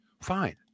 fine